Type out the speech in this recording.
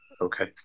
Okay